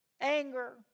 anger